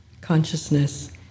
Consciousness